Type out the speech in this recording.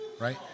right